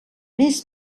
més